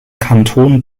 kanton